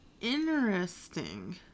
Interesting